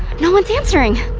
no one's answering,